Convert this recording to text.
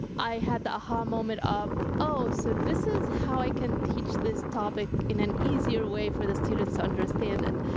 i had the a-ha moment of, oh, so this is how i can teach this topic in an easier way for the students to understand it.